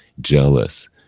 jealous